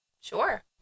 Sure